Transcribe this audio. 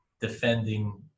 defending